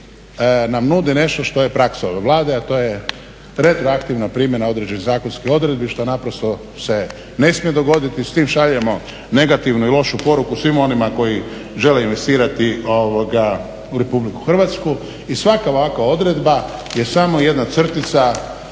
nam nudi nešto što je praksa ove Vlade, a to je retroaktivna primjena određenih zakonskih odredbi što naprosto se ne smije dogoditi. S tim šaljemo negativnu i lošu poruku svima onima koji žele investirati u Republiku Hrvatsku. I svaka ovakva odredba je samo jedna crtica